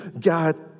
God